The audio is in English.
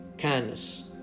kindness